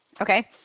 Okay